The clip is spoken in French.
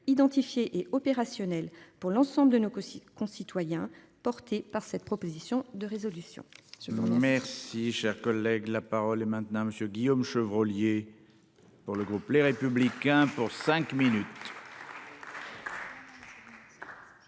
identifié et opérationnel pour l'ensemble de nos aussi concitoyens porté par cette proposition de résolution. Merci, cher collègue, la parole est maintenant Monsieur Guillaume Chevrollier. Pour le groupe Les Républicains pour. Cinq minutes.